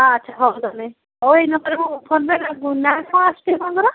ହଁ ଆଚ୍ଛା ହଉ ତାହାଲେ ହଉ ଏଇ ନମ୍ବରରୁ ଫୋନ୍ ପେ ନାଁ କଣ ଆସୁଛି ଆପଣଙ୍କର